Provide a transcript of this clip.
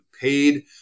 paid